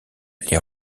les